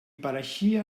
pareixia